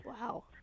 Wow